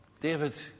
David